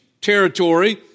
territory